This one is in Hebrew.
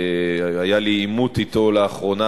שהיה לי עימות אתו לאחרונה,